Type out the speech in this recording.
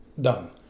done